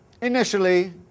Initially